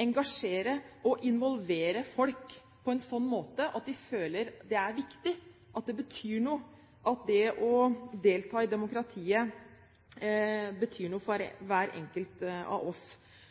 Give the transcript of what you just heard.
engasjere og involvere folk på en sånn måte at de føler at det er viktig, at det betyr noe å delta i demokratiet, at det betyr noe for hver enkelt av oss.